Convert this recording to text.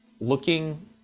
looking